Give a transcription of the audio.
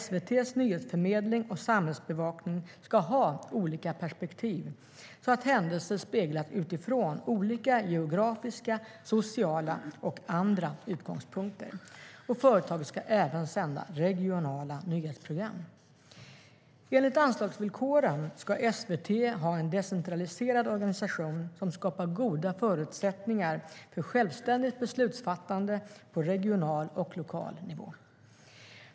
SVT:s nyhetsförmedling och samhällsbevakning ska ha olika perspektiv, så att händelser speglas utifrån olika geografiska, sociala och andra utgångspunkter. Företaget ska även sända regionala nyhetsprogram. Enligt anslagsvillkoren ska SVT ha en decentraliserad organisation som skapar goda förutsättningar för självständigt beslutsfattande på regional och lokal nivå.